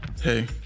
Hey